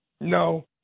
no